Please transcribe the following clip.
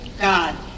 God